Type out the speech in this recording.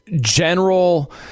general